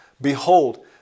behold